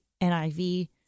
NIV